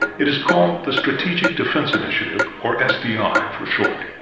it is called the strategic defense initiative or s d i. for short.